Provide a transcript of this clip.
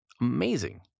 Amazing